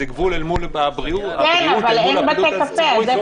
זה הבריאות אל מול הפעילות הציבורית.